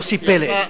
יוסי פלד,